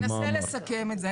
אני אנסה לסכם את זה.